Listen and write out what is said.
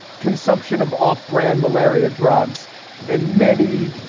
consumption of off brand malaria drugs and many,